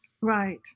Right